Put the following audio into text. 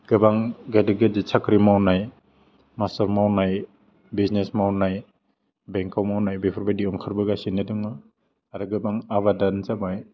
गोबां गिदिर गिदिर साख्रि मावनाय मास्टार मावनाय बिजनेस मावनाय बेंकआव मावनाय बेफोर बायदि ओंखारबोगासिनो दङ आरो गोबां आबादानो जाबाय